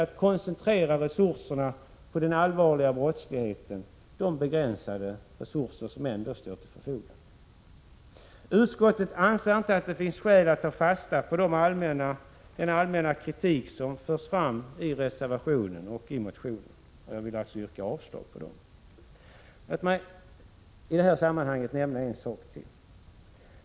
Det finns ett intresse av att på den allvarliga brottsligheten koncentrera de begränsade resurser som ändå står till förfogande. Utskottet anser inte att det finns skäl att ta fasta på den allmänna kritik som förs fram i reservationen och motionen. Därför yrkar jag avslag på dessa. Låt mig i detta sammanhang nämna ytterligare en sak.